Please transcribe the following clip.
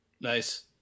Nice